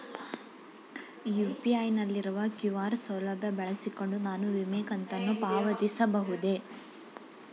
UPI ನಲ್ಲಿರುವ QR ಸೌಲಭ್ಯ ಬಳಸಿಕೊಂಡು ನಾನು ವಿಮೆ ಕಂತನ್ನು ಪಾವತಿಸಬಹುದೇ?